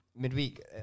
midweek